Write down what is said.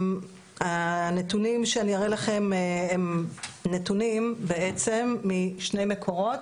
הנתונים שאני אראה לכם הם נתונים בעצם משני מקורות